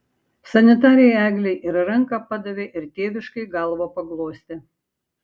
sanitarei eglei ir ranką padavė ir tėviškai galvą paglostė